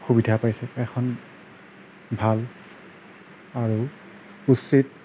সুবিধা পাইছে এখন ভাল আৰু উচিত